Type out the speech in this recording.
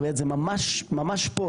זה ממש פה.